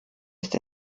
ist